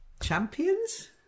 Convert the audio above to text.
champions